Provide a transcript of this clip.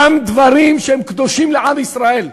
גם דברים שהם קדושים לעם ישראל.